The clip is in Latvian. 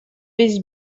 viss